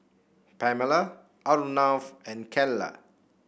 Pamela Arnav and Calla